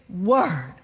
word